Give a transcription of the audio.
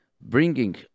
bringing